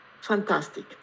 fantastic